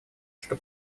что